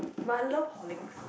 but I love Horlicks